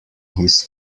his